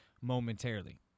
momentarily